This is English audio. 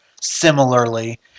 similarly